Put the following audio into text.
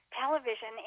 television